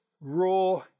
raw